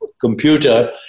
computer